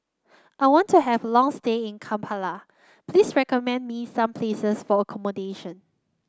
I want to have a long stay in Kampala please recommend me some places for accommodation